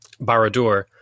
Baradur